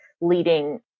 leading